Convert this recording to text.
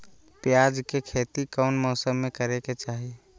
प्याज के खेती कौन मौसम में करे के चाही?